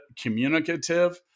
communicative